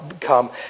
come